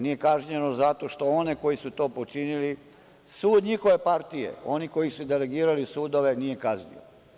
Nije kažnjeno zato što one koji su to počinili, sud njihove partije, oni koji su delegirali sudove, nije kaznio.